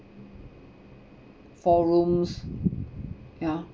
four rooms ya